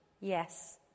Yes